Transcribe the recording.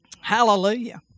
hallelujah